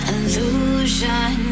Illusion